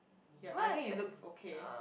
ya I think it looks okay